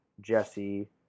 Jesse